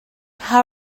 how